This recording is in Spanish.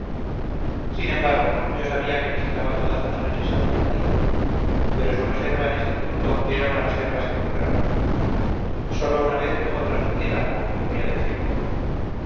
sin embargo yo sabía que visitaba todas las noches a doña maría pero su reserva en este punto era una reserva sepulcral sólo una vez dejó traslucir algo y voy a decir cómo